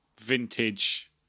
vintage